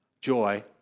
joy